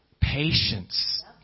patience